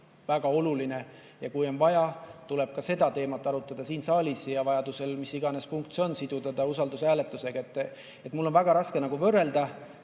väga oluline ja kui on vaja, tuleb ka seda teemat arutada siin saalis ja vajadusel, mis iganes punkt see võib olla, siduda see usaldushääletusega. Mul on väga raske võrrelda